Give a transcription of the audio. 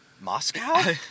Moscow